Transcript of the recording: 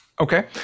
Okay